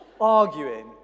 arguing